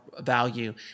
value